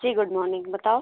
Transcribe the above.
जी good morning बताओ